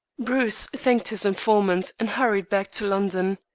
bruce thanked his informant and hurried back to london.